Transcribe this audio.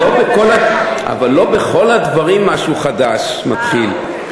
אבל לא בכל הדברים משהו חדש מתחיל.